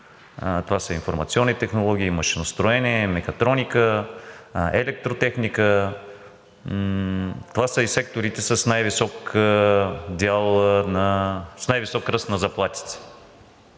Това са информационни технологии, машиностроене, мехатроника, електротехника – това са и секторите с най-висок ръст на заплатите.